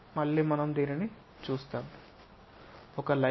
మళ్ళీ మనం దీనిని చూస్తాము ఒక లైన్ ఉంది